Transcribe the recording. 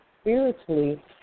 spiritually